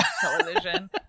television